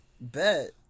Bet